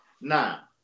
now